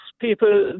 people